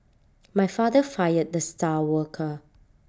my father fired the star worker